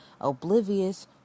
oblivious